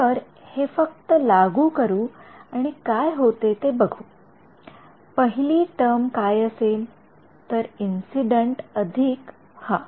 तर हे फक्त लागू करू आणि काय होते ते बघू पहिली टर्म काय असेल तर इंसिडेंट अधिक हा